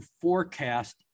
forecast